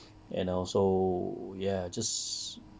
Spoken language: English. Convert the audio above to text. and also ya just